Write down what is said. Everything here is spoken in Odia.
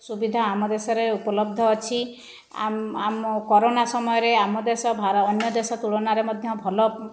ସୁବିଧା ଆମ ଦେଶରେ ଉପଲବ୍ଧ ଅଛି ଆମ କୋରନା ସମୟରେ ଆମ ଦେଶ ଭାର ଅନ୍ୟ ଦେଶ ତୁଳନାରେ ମଧ୍ୟ ଭଲ